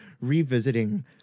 revisiting